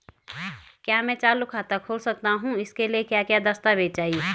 क्या मैं चालू खाता खोल सकता हूँ इसके लिए क्या क्या दस्तावेज़ चाहिए?